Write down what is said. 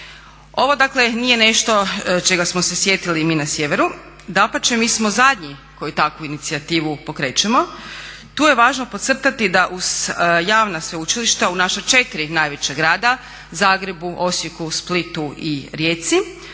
Ovo dakle nije nešto čega smo se sjetili mi na sjeveru, dapače mi smo zadnji koji takvu inicijativu pokrećemo. Tu je važno podcrtati da uz javna sveučilišta u naša četiri najveća grada Zagrebu, Osijek, Splitu i Rijeci